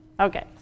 Okay